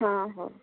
ହଁ ହଁ